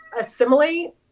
assimilate